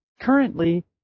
Currently